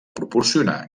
proporcionar